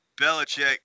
Belichick